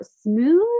smooth